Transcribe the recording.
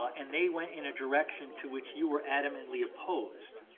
and they went in a direction to which you were adamantly opposed.